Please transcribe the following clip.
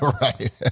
Right